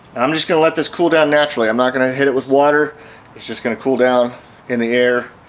i'm just going to let this cool down naturally i'm not going to hit it with water it's just going to cool down in the air